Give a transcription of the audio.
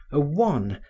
a wan,